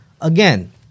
Again